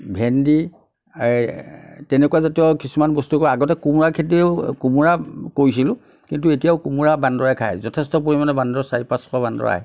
ভেণ্ডি তেনেকুৱা জাতীয় কিছুমান বস্তু আগতে কোমোৰা খেতিও কোমোৰা কৰিছিলোঁ কিন্তু এতিয়াও কোমোৰা বান্দৰে খায় যথেষ্ট পৰিমাণে বান্দৰ চাৰি পাঁচশ বান্দৰ আহে